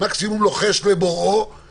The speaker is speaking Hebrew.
מקסימום לוחש לבוראו,